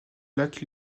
lac